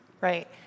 Right